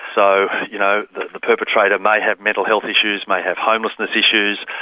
so you know the the perpetrator may have mental health issues, may have homelessness issues,